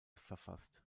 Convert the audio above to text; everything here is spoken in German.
verfasst